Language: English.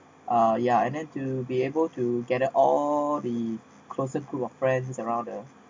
uh ya and then to be able to gather all the closer group of friends around the